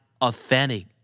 authentic